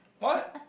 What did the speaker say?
what